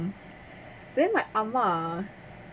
and then my ah ma